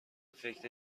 فکر